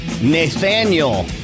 Nathaniel